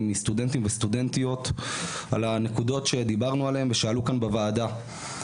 מסטודנטים וסטודנטיות על הנקודות שדיברנו עליהן ושעלו כאן בוועדה,